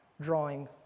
drawing